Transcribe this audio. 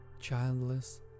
childless